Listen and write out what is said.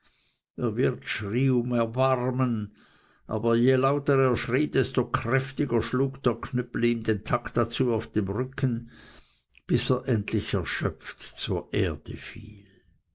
erbarmen aber je lauter er schrie desto kräftiger schlug der knüppel ihm den takt dazu auf dem rücken bis er endlich erschöpft zur erde fiel